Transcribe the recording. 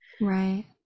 Right